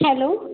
hello